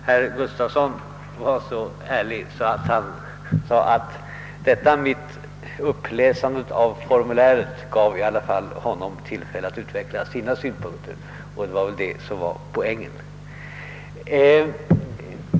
Herr Gustafsson i Borås var så ärlig att han sade att detta mitt uppläsande av formuläret dock gav honom tillfälle att utveckla sina synpunkter — och det var väl det som var poängen.